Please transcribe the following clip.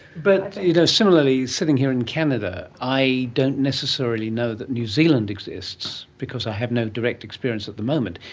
but you know similarly, sitting here in canada canada i don't necessarily know that new zealand exists because i have no direct experience at the moment,